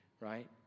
right